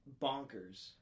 bonkers